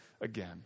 again